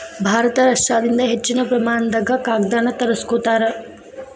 ಭಾರತ ರಷ್ಯಾದಿಂದ ಹೆಚ್ಚಿನ ಪ್ರಮಾಣದಾಗ ಕಾಗದಾನ ತರಸ್ಕೊತಾರ